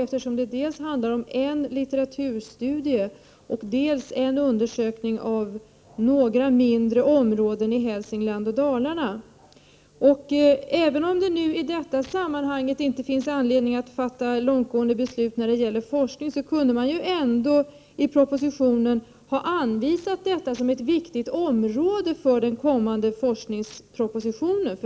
Det handlar dels om en litteraturstudie, dels om en undersökning av några mindre områden i Hälsingland och Dalarna. Även om det i detta sammanhang inte finns anledning att fatta långtgående beslut när det gäller forskningen, kunde man ändå i propositionen ha anvisat detta som ett viktigt område för den kommande forskningspropositionen.